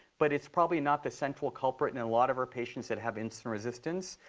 but it's probably not the central culprit in a lot of our patients that have insulin resistance.